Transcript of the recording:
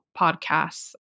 podcasts